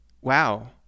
Wow